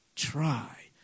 try